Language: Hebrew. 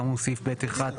כאמור בסעיף (ב1)(ב)(2),